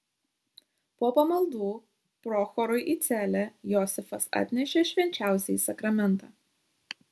po pamaldų prochorui į celę josifas atnešė švenčiausiąjį sakramentą